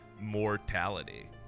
mortality